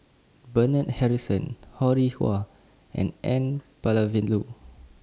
Bernard Harrison Ho Rih Hwa and N Palanivelu